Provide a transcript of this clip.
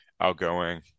outgoing